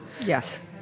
Yes